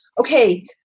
okay